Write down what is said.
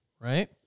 Right